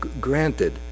granted